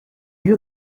you